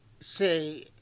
say